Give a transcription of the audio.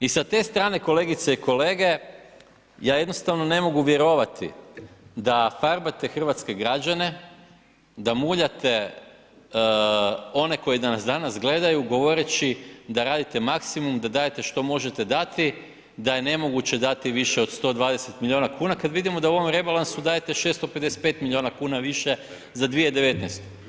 I sa te strane kolegice i kolege ja jednostavno ne mogu vjerovati da farbate hrvatske građane, da muljate one koji nas danas gledaju govoreći da radite maksimum, da dajete što možete dati, da je nemoguće dati više od 120 milijuna kuna kada vidimo da u ovom rebalansu dajete 655 milijuna kuna više za 2019.